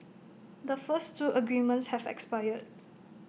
the first two agreements have expired